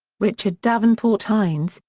richard davenport-hines,